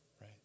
Right